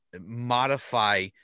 modify